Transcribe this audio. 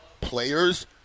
Players